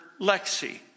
Lexi